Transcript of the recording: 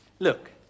look